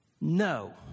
No